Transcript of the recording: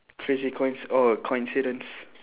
crazy coinc~ oh coincidence